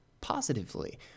positively